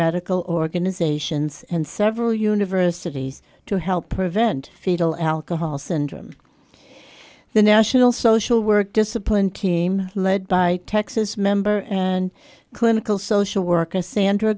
medical organizations and several universities to help prevent fetal alcohol syndrome the national social work discipline team led by texas member and clinical social worker sandra